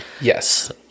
Yes